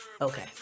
okay